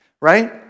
right